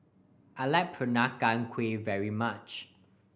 I like Peranakan Kueh very much